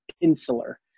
insular